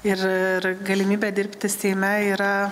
ir ir galimybę dirbti seime yra